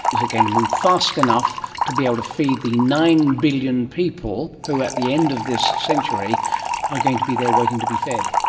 is it going to move fast enough to be able to feed the nine billion people who at the end of this century are going to be there waiting to be fed?